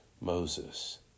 Moses